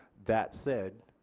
that said,